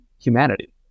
humanity